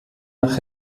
nach